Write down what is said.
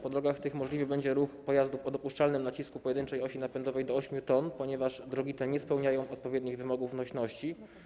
Po drogach tych możliwy będzie ruch pojazdów o dopuszczalnym nacisku pojedynczej osi napędowej do 8 t, ponieważ drogi te nie spełniają odpowiednich wymogów nośności.